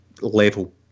level